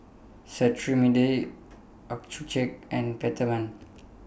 Cetrimide Accucheck and Peptamen